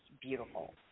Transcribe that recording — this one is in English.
beautiful